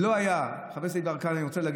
חבר הכנסת יברקן,